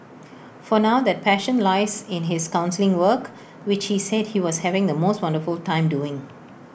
for now that passion lies in his counselling work which he said he was having the most wonderful time doing